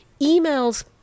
emails